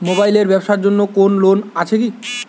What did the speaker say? Mobile এর ব্যাবসার জন্য কোন লোন আছে কি?